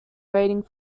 rating